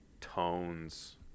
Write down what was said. tones